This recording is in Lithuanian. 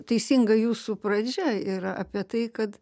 teisinga jūsų pradžia yra apie tai kad